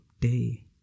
day